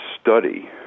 study